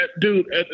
Dude